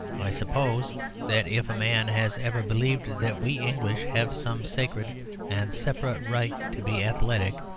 i suppose that if a man has ever believed that we english have some sacred and separate right to be athletic,